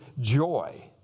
joy